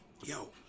yo